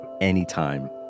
anytime